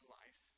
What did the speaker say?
life